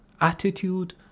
Attitude